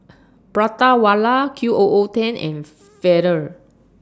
Prata Wala Q O O ten and Feather